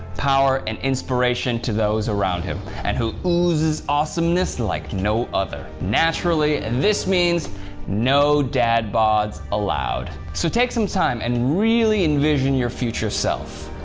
power, and inspiration to those around him, and who oozes awesomeness like no other. naturally, and this means no dad-bods allowed. so take some time and really envision your future self.